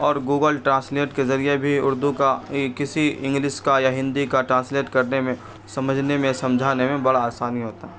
اور Google Translate کے ذریعے بھی اردو کا کسی انگلش کا یا ہندی کا ٹرانسلیٹ کرنے میں سمجھنے میں سمجھانے میں بڑا آسانی ہوتا ہے